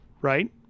Right